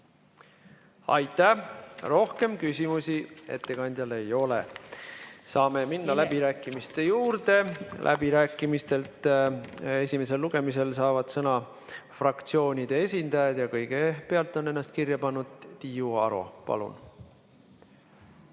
Aitäh! Rohkem küsimusi ettekandjale ei ole. Saame minna läbirääkimiste juurde. Läbirääkimistel esimesel lugemisel saavad sõna fraktsioonide esindajad ja kõigepealt on ennast kirja pannud Tiiu Aro. Palun!